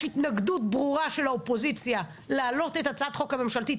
מכיוון שיש התנגדות ברורה של האופוזיציה להעלות את הצעת החוק הממשלתית,